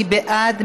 מי בעד?